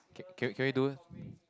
can can we do